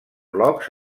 blocs